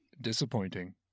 Disappointing